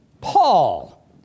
Paul